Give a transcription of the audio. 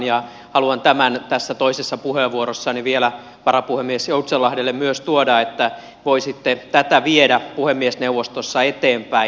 ja haluan tämän tässä toisessa puheenvuorossani vielä myös varapuhemies joutsenlahdelle tuoda että voisitte tätä viedä puhemiesneuvostossa eteenpäin